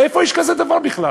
איפה יש דבר כזה בכלל?